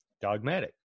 Dogmatic